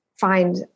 find